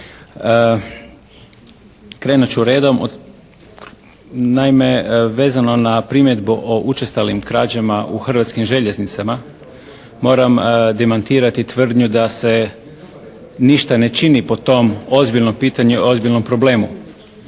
Krenut ću redom od, naime vezano na primjedbu o učestalim krađama u Hrvatskim željeznicama moram demantirati tvrdnju da se ništa ne čini po tom ozbiljnom pitanju i ozbiljnom problemu.